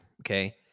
okay